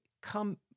come